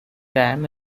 dam